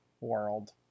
world